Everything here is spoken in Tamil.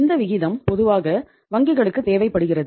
இந்த விகிதம் பொதுவாக வங்கிகளுக்கு தேவைப்படுகிறது